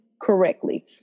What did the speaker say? correctly